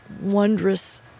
wondrous